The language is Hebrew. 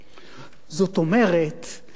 זאת אומרת שכן,